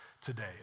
today